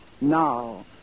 now